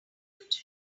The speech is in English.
guitar